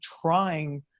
trying